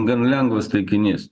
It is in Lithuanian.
gan lengvas taikinys